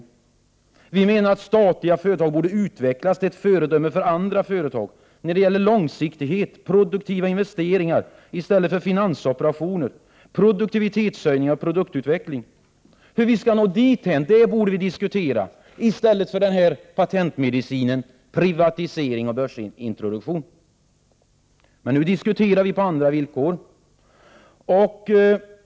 Vi i vpk menar att statliga företag borde utvecklas till föredömen för andra företag när det gäller långsiktighet och produktiva investeringar och när det gäller produktivitetshöjningar och produktutveckling i stället för att ägna sig åt finansoperationer. Hur vi skall nå dithän är något som vi borde diskutera i stället för patentmedicinen privatisering och börsintroduktion. Just i dag diskuterar vi emellertid på andra villkor.